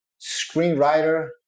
screenwriter